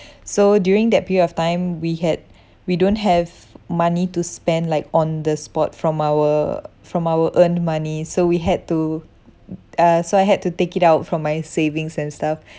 so during that period of time we had we don't have money to spend like on the spot from our from our earned money so we had to uh so I had to take it out from my savings and stuff